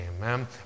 Amen